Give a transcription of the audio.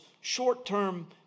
short-term